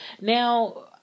now